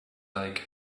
like